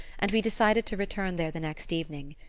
and we decided to return there the next evening.